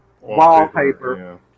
wallpaper